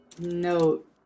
note